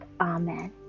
Amen